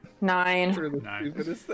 Nine